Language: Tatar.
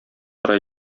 тора